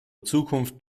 zukunft